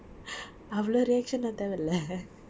அவ்வளே:avvalae reaction லாம் தேவையில்லை:lam theveiyillae